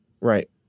Right